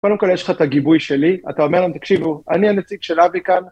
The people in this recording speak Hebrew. קודם כל יש לך את הגיבוי שלי, אתה אומר להם, תקשיבו, אני הנציג של אבי כאן.